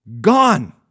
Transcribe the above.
Gone